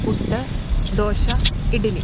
puttu dosa idli